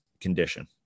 condition